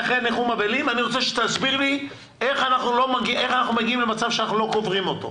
ואני רוצה שתסביר לי איך אנחנו מגיעים למצב שאנחנו לא קוברים אותו.